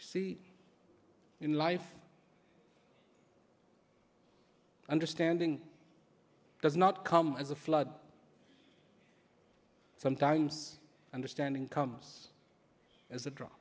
see in life understanding does not come as a flood sometimes understanding comes as a dr